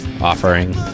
offering